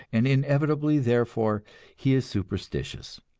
and inevitably therefore he is superstitious.